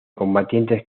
combatientes